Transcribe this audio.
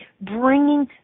bringing